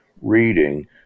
reading